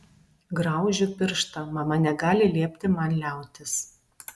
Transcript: graužiu pirštą mama negali liepti man liautis